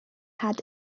had